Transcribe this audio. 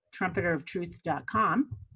trumpeteroftruth.com